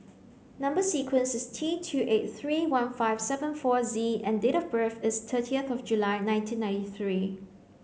Number sequence is T two eight three one five seven four Z and date of birth is thirty of July nineteen ninety three